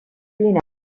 بین